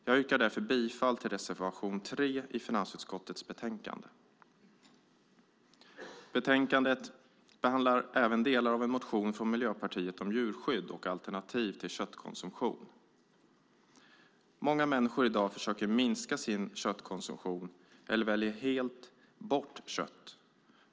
Jag yrkar därför bifall till reservation 3 i finansutskottets betänkande. Betänkandet behandlar även delar av en motion från Miljöpartiet om djurskydd och alternativ till köttkonsumtion. Många människor i dag försöker minska sin köttkonsumtion eller väljer helt bort kött.